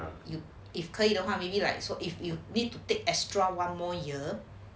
you know if 可以的话 maybe like so if you need to take extra one more year